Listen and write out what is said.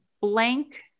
blank